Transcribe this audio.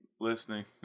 Listening